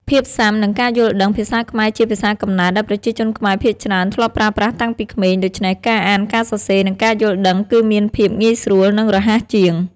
ភាពស៊ាំ និងការយល់ដឹង ភាសាខ្មែរជាភាសាកំណើតដែលប្រជាជនខ្មែរភាគច្រើនធ្លាប់ប្រើប្រាស់តាំងពីក្មេង ដូច្នេះការអាន ការសរសេរ និងការយល់ដឹងគឺមានភាពងាយស្រួល និងរហ័សជាង។